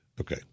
Okay